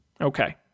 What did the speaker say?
Okay